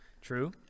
True